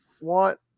want